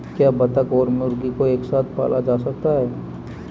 क्या बत्तख और मुर्गी को एक साथ पाला जा सकता है?